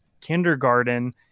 kindergarten